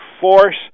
force